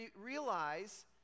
realize